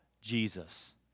Jesus